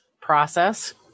process